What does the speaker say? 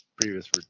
previous